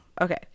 Okay